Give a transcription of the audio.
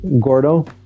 Gordo